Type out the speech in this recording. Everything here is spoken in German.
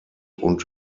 und